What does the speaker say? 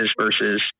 versus